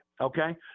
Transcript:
okay